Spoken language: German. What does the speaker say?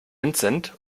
vincent